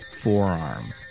forearm